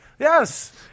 Yes